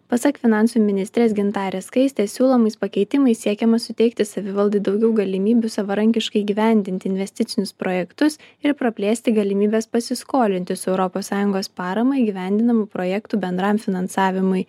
pasak finansų ministrės gintarės skaistės siūlomais pakeitimais siekiama suteikti savivaldai daugiau galimybių savarankiškai įgyvendinti investicinius projektus ir praplėsti galimybes pasiskolinti su europos sąjungos parama įgyvendinamų projektų bendram finansavimui